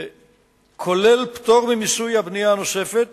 כולל פטור ממיסוי הבנייה הנוספת.